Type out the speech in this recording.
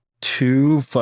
two